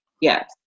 Yes